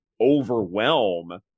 overwhelm